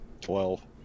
Twelve